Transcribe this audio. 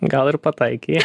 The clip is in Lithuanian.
gal ir pataikei